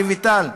רויטל,